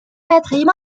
patrimoine